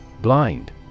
Blind